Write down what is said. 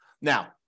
Now